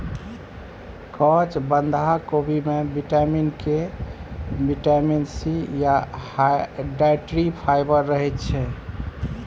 काँच बंधा कोबी मे बिटामिन के, बिटामिन सी या डाइट्री फाइबर रहय छै